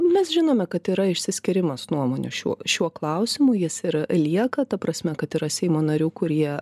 mes žinome kad yra išsiskyrimas nuomonių šiuo šiuo klausimu jis ir lieka ta prasme kad yra seimo narių kurie